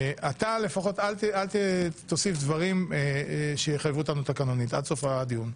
אתה לפחות אל תוסיף דברים שיחייבו אותנו תקנונית עד סוף הדיון.